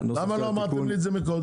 למה לא אמרתם לי את זה מקודם?